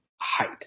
height